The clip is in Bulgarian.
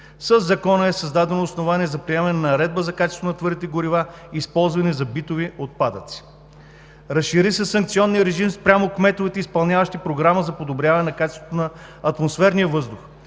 Със Закона е създадено основание за приемане на наредба за качество на твърдите горива, използвани за битови отпадъци. Разшири се санкционният режим спрямо кметовете, изпълняващи Програмата за подобряване на качеството на атмосферния въздух